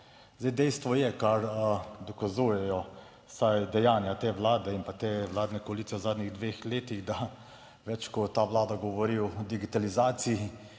Zdaj dejstvo je, kar dokazujejo vsaj dejanja te Vlade in pa te vladne koalicije v zadnjih dveh letih, da več kot ta Vlada govori o digitalizaciji,